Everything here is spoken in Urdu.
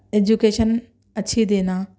ایجوکشن اچھی دینا